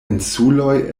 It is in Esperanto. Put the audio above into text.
insuloj